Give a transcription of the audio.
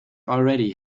already